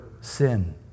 sin